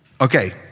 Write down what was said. Okay